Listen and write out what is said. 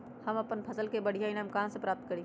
हम अपन फसल से बढ़िया ईनाम कहाँ से प्राप्त करी?